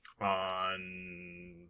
On